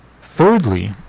Thirdly